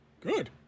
Good